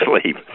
sleep